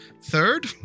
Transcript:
Third